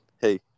hey